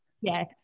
yes